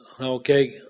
okay